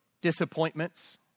disappointments